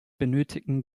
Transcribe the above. benötigen